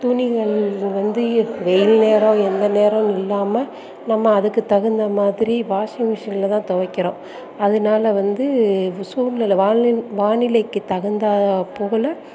துணிகள் வந்து வெயில் நேரம் எந்த நேரன்னு இல்லாமல் நம்ம அதுக்கு தகுந்த மாதிரி வாஷிங்மிஷின்ல தான் துவக்கிறோம் அதனால் வந்து சூழ்நிலை வானி வானிலைக்கு தகுந்தா போல்